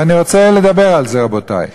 ואני רוצה לדבר על זה, רבותי.